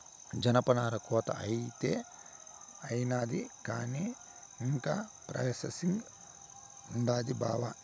జనపనార కోత అయితే అయినాది కానీ ఇంకా ప్రాసెసింగ్ ఉండాది బావా